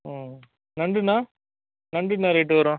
ம் நண்டுண்ணா நண்டு என்ன ரேட் வரும்